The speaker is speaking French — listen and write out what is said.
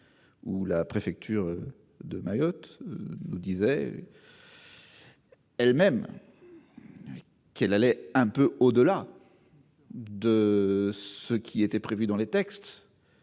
de la préfecture de Mayotte nous avaient dit eux-mêmes qu'ils allaient un peu au-delà de ce qui était prévu par les textes.